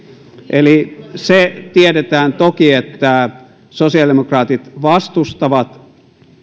se tiedetään toki että sosiaalidemokraatit vastustavat